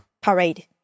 parade